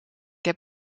heb